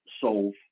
solve